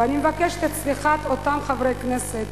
ואני מבקשת את סליחת אותם חברי כנסת